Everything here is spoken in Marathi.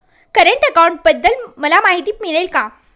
करंट अकाउंटबद्दल मला माहिती मिळेल का?